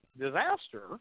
disaster